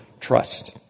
trust